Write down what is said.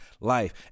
life